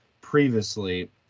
previously